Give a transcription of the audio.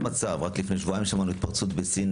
רק לפני שבועיים או שלושה שבועות שמענו על התפרצות בסין,